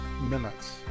minutes